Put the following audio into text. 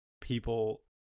people